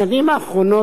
בשנים האחרונות,